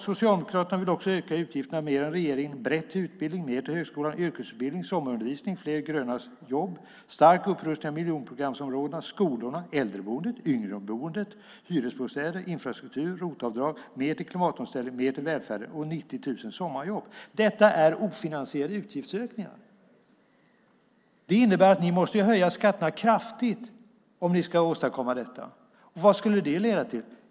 Socialdemokraterna vill också öka utgifterna mer än regeringen, bredda utbildningen, mer till högskolan och yrkesutbildningen, sommarundervisning, fler gröna jobb, stark upprustning av miljonprogramsområdena, skolorna, äldrevården, yngreområdet, hyresbostäder, infrastruktur, ROT-avdrag, mer till klimatomställningen, mer till välfärden och 90 000 sommarjobb. Detta är ofinansierade utgiftsökningar. Det innebär att ni måste höja skatterna kraftigt om ni ska åstadkomma detta. Vad skulle det leda till?